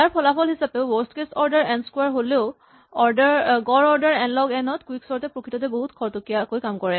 ইয়াৰ ফলাফল হিচাপে worst case order n squared হ'লেও গড় অৰ্ডাৰ এন লগ এন ত কুইকচৰ্ট প্ৰকৃততে বহুত খৰতকীয়া হয়